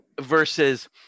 versus